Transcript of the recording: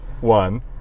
one